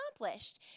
accomplished